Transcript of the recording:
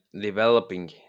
developing